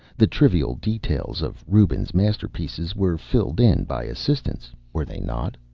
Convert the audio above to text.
the trivial details of rubens' masterpieces were filled in by assistants, were they not?